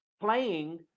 playing